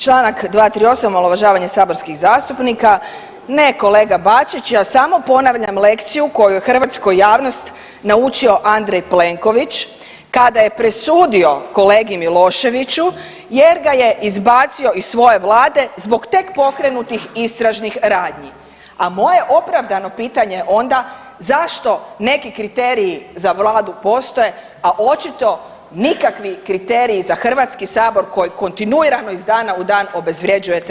Čl. 238. omalovažavanje saborskih zastupnika, ne kolega Bačić, ja samo ponavljam lekciju koju je hrvatsku javnost naučio Andrej Plenković kada je presudio kolegi Miloševiću jer ga je izbacio iz svoje vlade zbog tek pokrenutih istražnih radnji, a moje je opravdano pitanje onda zašto neki kriteriji za vladu postoje, a očito nikakvi kriteriji za HS koji kontinuirano iz dana u dan obezvrjeđujete